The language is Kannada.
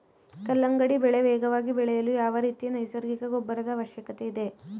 ಕಲ್ಲಂಗಡಿ ಬೆಳೆ ವೇಗವಾಗಿ ಬೆಳೆಯಲು ಯಾವ ರೀತಿಯ ನೈಸರ್ಗಿಕ ಗೊಬ್ಬರದ ಅವಶ್ಯಕತೆ ಇದೆ?